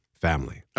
family